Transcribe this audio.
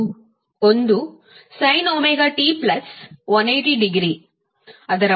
ಒಂದು sin omega t plus 180 degree